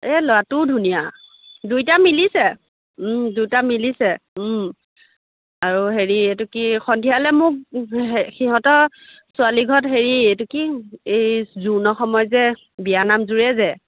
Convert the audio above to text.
এই ল'ৰাটোও ধুনীয়া দুইটা মিলিছে দুটা মিলিছে আৰু হেৰি এইটো কি সন্ধিয়ালৈ মোক সে সিহঁতৰ ছোৱালী ঘৰত হেৰি এইটো কি এই জোৰোণৰ সময়ত যে বিয়া নাম জোৰে যে